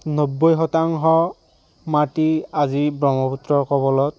নব্বৈ শতাংশ মাটি আজি ব্ৰহ্মপুত্ৰৰ কৱলত